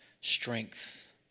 strength